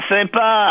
Sympa